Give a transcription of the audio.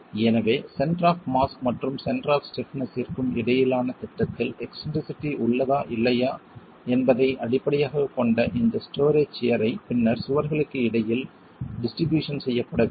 எனவே centre of mass மற்றும் centre of ஸ்டிப்னஸ்ற்கும் இடையிலான திட்டத்தில் எக்ஸ்ன்ட்ரிசிட்டி உள்ளதா இல்லையா என்பதை அடிப்படையாகக் கொண்ட இந்த ஸ்டோரே சியர் ஐ பின்னர் சுவர்களுக்கு இடையில் டிஸ்ட்ரிபியூஷன் செய்யப்பட வேண்டும்